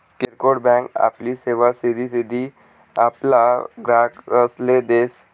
किरकोड बँक आपली सेवा सिधी सिधी आपला ग्राहकसले देस